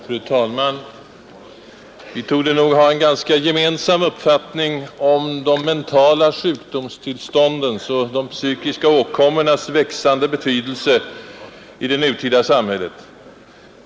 Fru talman! Vi torde nog ha en ganska gemensam uppfattning om de mentaia sjukdomstillståndens och de psykiska åkommornas växande betydelse i det nutida samhället.